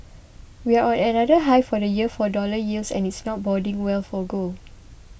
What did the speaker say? we're on another high for the year for dollar yields and it's not boding well for good